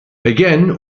again